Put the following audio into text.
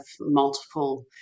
multiple